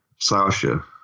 Sasha